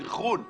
סנכרון ביניהם,